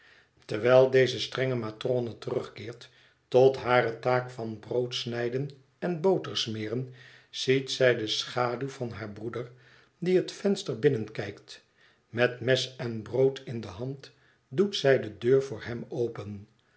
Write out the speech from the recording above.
terwijl deze strenge matrone terugkeert tot hare taak van broodsnijden en botersmeren ziet zij de schaduw van haar broeder die het venster binnenkijkt met mes en brood in de hand doet zij de deur voor hem open